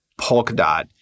Polkadot